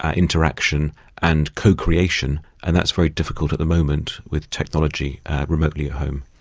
ah interaction and co-creation, and that's very difficult at the moment with technology remotely at home.